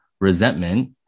resentment